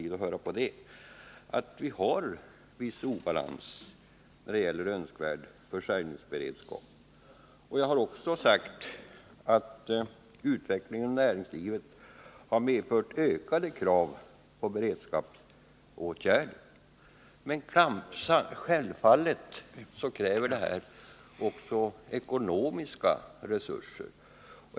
Detta står att läsa i betänkandet, och jag har talat om det tidigare. Jag har också sagt att utvecklingen inom näringslivet har medfört ökade krav på beredskapsåtgärder. Men självfallet kräver detta också ekonomiska resurser.